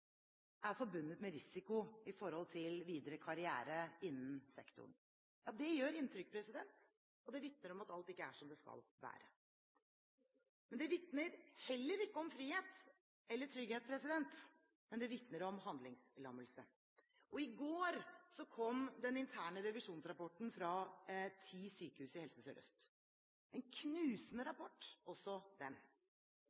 er forbundet med risiko i forhold til videre karriere innen sektoren. Ja, det gjør inntrykk, og det vitner om at alt ikke er som det skal være. Det vitner heller ikke om frihet eller trygghet, men det vitner om handlingslammelse. I går kom den interne revisjonsrapporten fra ti sykehus i Helse